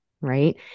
Right